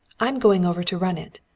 i'm going over to run it.